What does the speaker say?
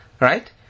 right